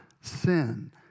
sin